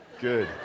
Good